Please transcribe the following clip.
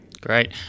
Great